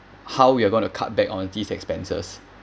how we are gonna to cut back on these expenses